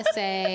say